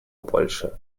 больше